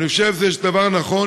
אני חושב שזה דבר נכון.